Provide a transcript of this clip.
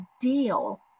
deal